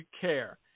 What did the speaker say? care